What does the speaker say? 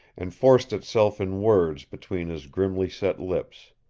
and forced itself in words between his grimly set lips.